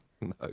No